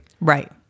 Right